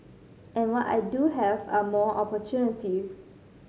and what I do have are more opportunities